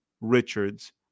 Richards